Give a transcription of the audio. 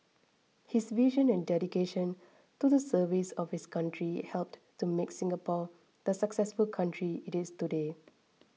his vision and dedication to the service of his country helped to make Singapore the successful country it is today